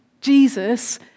Jesus